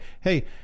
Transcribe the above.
Hey